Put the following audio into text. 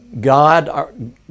God